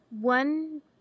one